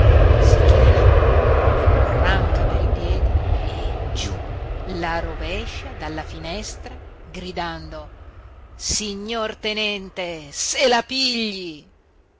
si china labbranca per i piedi e giù la rovescia dalla finestra gridando signor tenente se la pigli